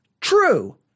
true